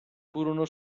furono